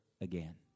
again